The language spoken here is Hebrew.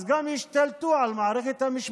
אז הם ישתלטו גם על מערכת המשפט